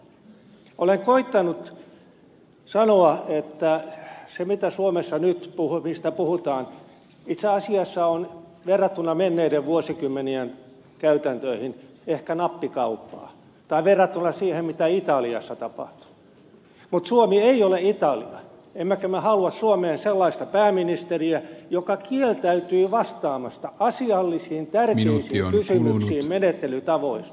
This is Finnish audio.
olen koettanut sanoa että se mistä suomessa nyt puhutaan itse asiassa on verrattuna menneiden vuosikymmenien käytäntöihin ehkä nappikauppaa tai verrattuna siihen mitä italiassa tapahtuu mutta suomi ei ole italia emmekä me halua suomeen sellaista pääministeriä joka kieltäytyy vastaamasta asiallisiin tärkeisiin kysymyksiin menettelytavoista